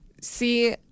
see